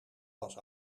was